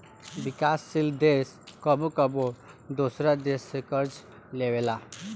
विकासशील देश कबो कबो दोसरा देश से कर्ज लेबेला